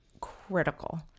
critical